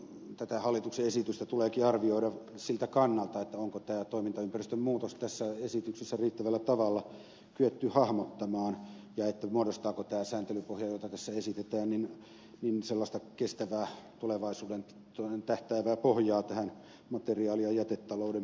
tätä hallituksen esitystä tuleekin arvioida siltä kannalta onko tämä toimintaympäristön muutos tässä esityksessä riittävällä tavalla kyetty hahmottamaan ja muodostaako tämä sääntelypohja jota tässä esitetään kestävää tulevaisuuteen tähtäävää pohjaa tähän materiaali ja jätetalouden puolelle